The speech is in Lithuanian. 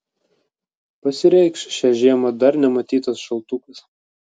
pasireikš šią žiemą dar nematytas šaltukas